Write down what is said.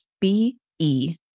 B-E